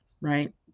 right